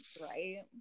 right